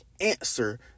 answer